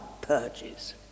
purges